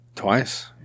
Twice